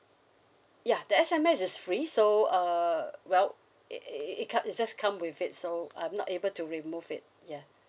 ya the S_M_S is free so uh well i~ i~ i~ it co~ it's just come with it so I'm not able to remove it ya